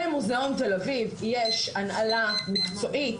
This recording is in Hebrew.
במוזיאון תל אביב יש הנהלה מקצועית